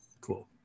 cool